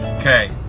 Okay